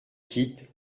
quittes